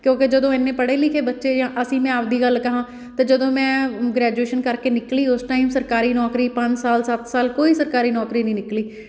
ਕਿਉਂਕਿ ਜਦੋਂ ਇੰਨੇ ਪੜ੍ਹੇ ਲਿਖੇ ਬੱਚੇ ਜਾਂ ਅਸੀਂ ਮੈਂ ਆਪ ਦੀ ਗੱਲ ਕਹਾਂ ਤਾਂ ਜਦੋਂ ਮੈਂ ਗ੍ਰੈਜੂਏਸ਼ਨ ਕਰਕੇ ਨਿਕਲੀ ਉਸ ਟਾਈਮ ਸਰਕਾਰੀ ਨੌਕਰੀ ਪੰਜ ਸਾਲ ਸੱਤ ਸਾਲ ਕੋਈ ਸਰਕਾਰੀ ਨੌਕਰੀ ਨਹੀਂ ਨਿਕਲੀ